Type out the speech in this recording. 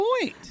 point